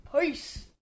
Peace